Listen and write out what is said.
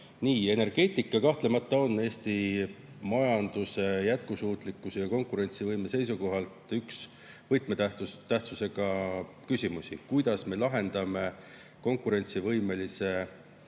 Energeetika kahtlemata on Eesti majanduse jätkusuutlikkuse ja konkurentsivõime seisukohalt üks võtmetähtsusega küsimusi. Kuidas me ikkagi [tagame] konkurentsivõimelise